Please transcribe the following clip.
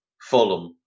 Fulham